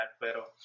Pero